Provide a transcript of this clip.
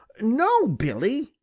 no, billy,